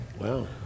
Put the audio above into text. Wow